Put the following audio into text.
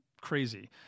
crazy